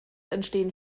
entstehen